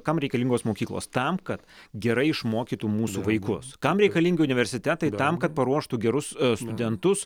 kam reikalingos mokyklos tam kad gerai išmokytų mūsų vaikus kam reikalingi universitetai tam kad paruoštų gerus studentus